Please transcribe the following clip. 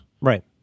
right